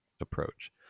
approach